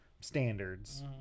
standards